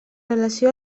relació